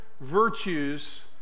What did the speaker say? virtues